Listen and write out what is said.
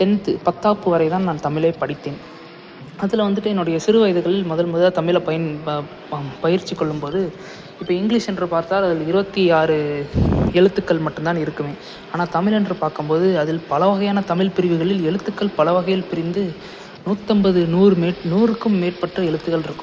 tenth பத்தாப் வரை தான் நான் தமிழே படித்தேன் அதில் வந்துட்டு என்னுடைய சிறு வயதுகள் முதல் முதலாக தமிழ பயன் ப பயிற்சிக்கொள்ளும் போது இப்போ இங்கிலிஷ் என்று பார்த்தால் அதில் இருபத்தி ஆறு எழுத்துக்கள் மட்டுந்தான் இருக்குமே ஆனால் தமிழென்று பார்க்கும் போது அதில் பலவகையான தமிழ் பிரிவுகளில் எழுத்துக்கள் பலவகையில் பிரிந்து நூற்றம்பது நூறு மீ நூறுக்கும் மேற்பட்ட எழுத்துகள் இருக்கும்